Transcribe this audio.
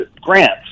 grants